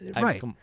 right